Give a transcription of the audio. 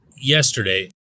yesterday